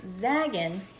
zagging